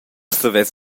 savess